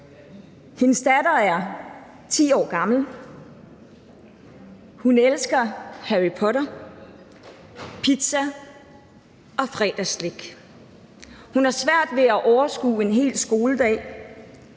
Hendes datter er 10 år gammel, hun elsker Harry Potter, pizza og fredagsslik. Hun har svært ved at overskue en hel skoledag.